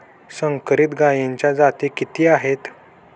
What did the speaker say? संकरित गायीच्या जाती किती आहेत?